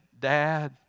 Dad